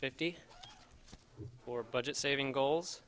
fifty four budget saving goals